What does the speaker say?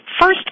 first